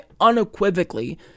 unequivocally